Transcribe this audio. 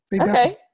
Okay